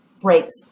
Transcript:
breaks